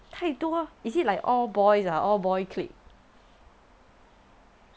太多 is it like all boys ah all boy clique